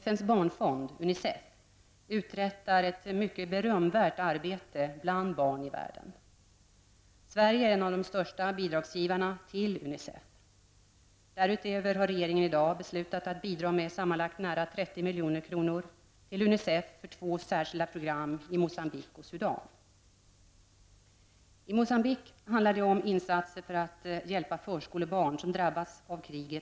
FNs barnfond, Unicef, uträttar ett mycket berömvärt arbete bland barn i världen. Sverige är en av de största bidragsgivarna till Unicef. Regeringen har i dag beslutat bidra med ytterligare sammanlagt nära 30 I Moçambique handlar det om insatser för att hjälpa förskolebarn som drabbats av kriget.